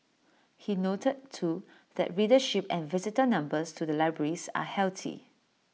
he noted too that readership and visitor numbers to the libraries are healthy